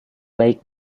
baik